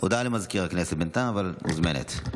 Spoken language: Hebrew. הודעה למזכיר הכנסת בינתיים, אבל את מוזמנת.